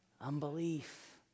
unbelief